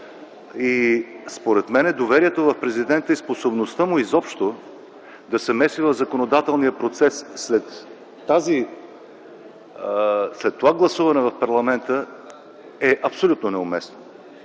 И според мен доверието в президента и способността му изобщо да се меси в законодателния процес след това гласуване на парламента е абсолютно неуместно.